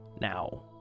Now